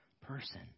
person